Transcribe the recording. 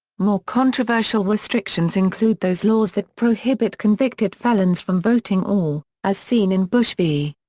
more controversial restrictions include those laws that prohibit convicted felons from voting or, as seen in bush v.